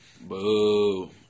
Boo